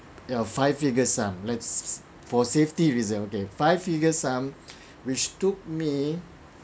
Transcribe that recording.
ya five figure sum let's s~ s~ for safety reason okay five figure sum which took me